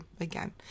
again